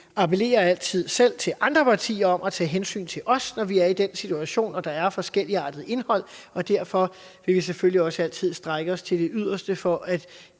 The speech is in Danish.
appellerer altid selv til andre partier om at tage hensyn til os, når man er i den situation og der er forskelligartet indhold, og derfor vil vi selvfølgelig også altid strække os til det yderste, for at